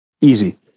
easy